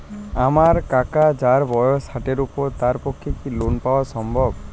আমার কাকা যাঁর বয়স ষাটের উপর তাঁর পক্ষে কি লোন পাওয়া সম্ভব?